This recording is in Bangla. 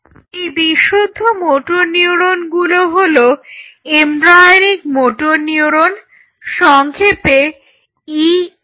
এই বিশুদ্ধ মোটর নিউরনগুলো হলো এমব্রায়োনিক মোটর নিউরন সংক্ষেপে EMN